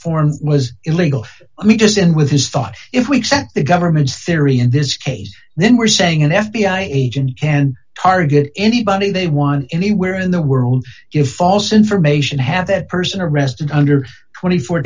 form was illegal let me just end with his thought if we accept the government's theory in this case then we're saying an f b i agent can target anybody they want anywhere in the world give false information have that person arrested under twenty four